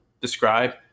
describe